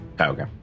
Okay